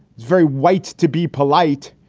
very white to be polite.